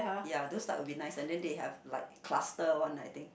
ya those type would be nice and then they have like cluster one I think